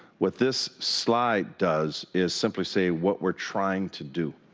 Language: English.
what this slide does is simply say, what we are trying to do,